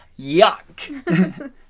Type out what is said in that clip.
yuck